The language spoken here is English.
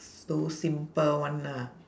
those simple one lah